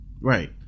Right